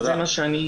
זה מה שרציתי.